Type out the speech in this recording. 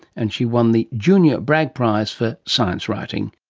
and she won the junior bragg prize for science writing